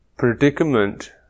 predicament